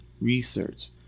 research